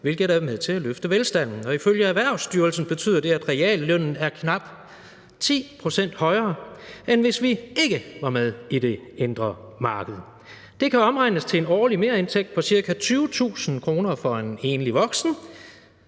hvilket er med til at løfte velstanden, og ifølge Erhvervsstyrelsen betyder det, at reallønnen er knap 10 pct. højere, end hvis vi ikke var med i det indre marked. Det kan omregnes til en årlig merindtægt på cirka 20.000 kr. for en enlig voksen